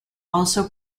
also